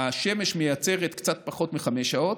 השמש מייצרת קצת פחות מחמש שעות,